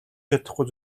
чадахгүй